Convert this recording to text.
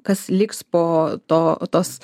kas liks po to tos